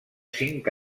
cinc